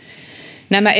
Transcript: nämä